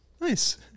Nice